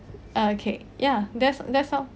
okay ya that's that's all